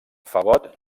fagot